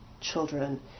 children